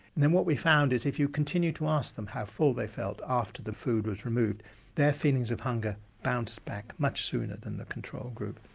then what we found was if you continued to ask them how full they felt after the food was removed their feelings of hunger bounced back much sooner than the control group.